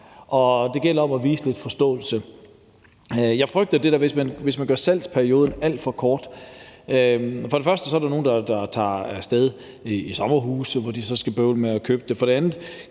det gælder om at vise lidt forståelse. Jeg frygter det, der kan ske, hvis man gør salgsperioden alt for kort. For det første er der nogle, som tager af sted i sommerhus, hvor de så skal bøvle med at købe det.